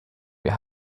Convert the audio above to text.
wir